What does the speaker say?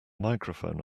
microphone